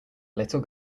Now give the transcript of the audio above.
little